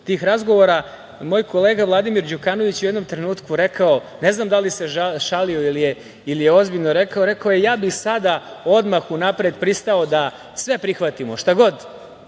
tih razgovora. Moj kolega Vladimir Đukanović u jednom trenutku je rekao, ne znam da li se šalio ili je ozbiljno rekao, rekao je – ja bih sada odmah unapred pristao da sve prihvatimo, šta god